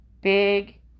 big